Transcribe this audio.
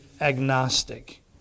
agnostic